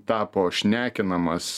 tapo šnekinamas